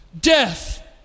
death